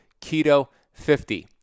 KETO50